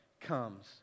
comes